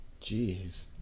Jeez